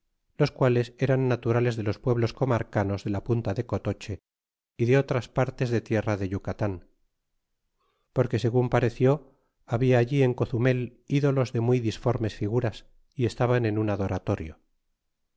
los quales eran naturales de los pueblos comarcanos de la punta de cotoche y de otras partes de tierra de yucatan porque segun pareció habla allí en cozumel ídolos de muy disformes figuras y estaban en un adoratorio